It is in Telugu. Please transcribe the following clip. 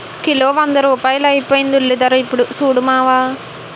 కిలో వంద రూపాయలైపోయింది ఉల్లిధర యిప్పుడు సూడు మావా